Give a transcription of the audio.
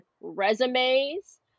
resumes